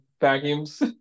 vacuums